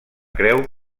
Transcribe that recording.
creu